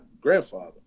grandfather